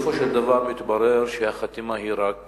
ובסופו של דבר מתברר שהחתימה היא רק